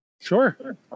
Sure